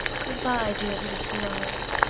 good-by, dear little two-eyes.